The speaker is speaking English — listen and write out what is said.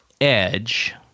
Edge